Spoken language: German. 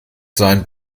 sein